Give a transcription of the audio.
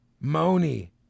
Moni